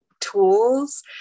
tools